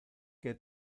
que